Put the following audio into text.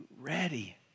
ready